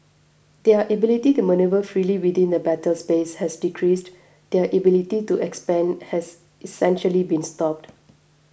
their ability to manoeuvre freely within the battle space has decreased their ability to expand has essentially been stopped